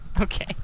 okay